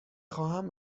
خواهم